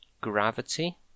Gravity